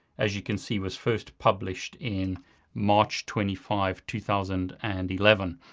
as you can see, was first published in march twenty five, two thousand and eleven,